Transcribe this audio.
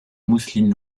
mousseline